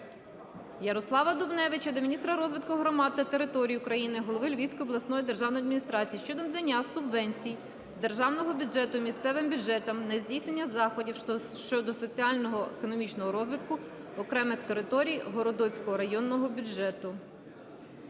Ярослава Дубневича до міністра розвитку громад та територій України, голови Львівської обласної державної адміністрації щодо надання субвенції з державного бюджету місцевим бюджетам на здійснення заходів щодо соціально-економічного розвитку окремих територій Городоцькому районному бюджету.